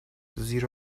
زیر